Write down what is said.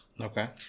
Okay